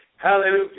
Hallelujah